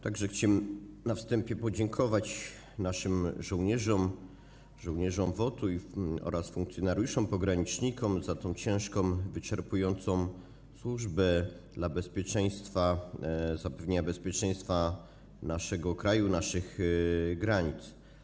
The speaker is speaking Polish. Także chciałem na wstępie podziękować naszym żołnierzom, żołnierzom WOT-u oraz funkcjonariuszom, pogranicznikom za tę ciężką, wyczerpującą służbę dla zapewnienia bezpieczeństwa naszego kraju, naszych granic.